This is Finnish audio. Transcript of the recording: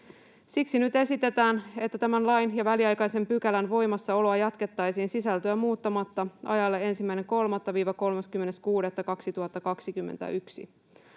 Siksi nyt esitetään, että tämän lain ja väliaikaisen pykälän voimassaoloa jatkettaisiin sisältöä muuttamatta ajalle 1.3.—30.6.2021.